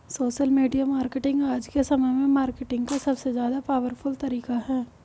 social media marketing आज के समय में मार्केटिंग का सबसे ज्यादा पॉवरफुल तरीका है